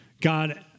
God